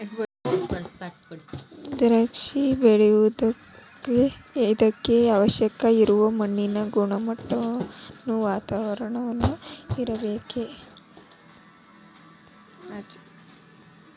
ದ್ರಾಕ್ಷಿ ಬೆಳಿಯಾಕನು ಅದಕ್ಕ ಅವಶ್ಯ ಇರು ಮಣ್ಣಿನ ಗುಣಮಟ್ಟಾ, ವಾತಾವರಣಾ ಇರ್ಬೇಕ